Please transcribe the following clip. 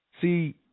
See